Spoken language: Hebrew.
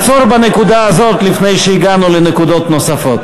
עצור בנקודה הזאת, לפני שהגענו לנקודות נוספות.